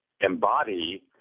embody